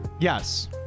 Yes